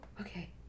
okay